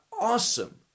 awesome